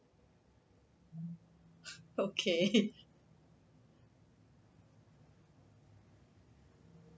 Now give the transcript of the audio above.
okay